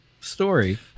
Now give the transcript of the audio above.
story